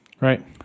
right